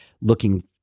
looking